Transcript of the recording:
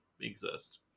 exist